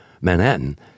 Manhattan